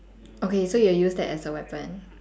okay so you'll use that as a weapon